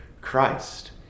christ